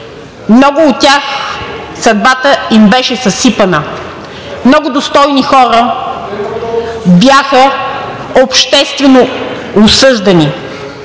много от тях съдбата им беше съсипана. Много достойни хора бяха обществено осъждани.